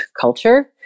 culture